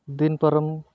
ᱫᱤᱱ ᱯᱟᱨᱚᱢ